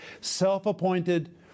self-appointed